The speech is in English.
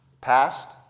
Past